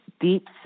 deep